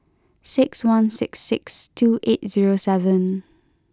six one six six two eight zero seven